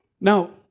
Now